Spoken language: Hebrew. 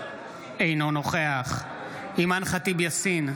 אינו נוכח אימאן ח'טיב יאסין,